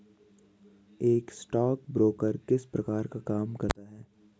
एक स्टॉकब्रोकर किस प्रकार का काम करता है?